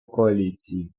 коаліції